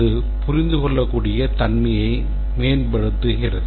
அது புரிந்துகொள்ளக்கூடிய தன்மையை மேம்படுத்துகிறது